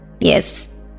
Yes